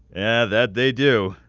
that they do.